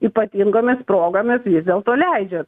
ypatingomis progomis vis dėlto leidžia